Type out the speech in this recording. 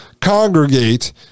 congregate